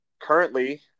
currently